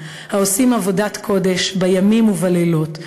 העושים עבודת קודש בימים ובלילות,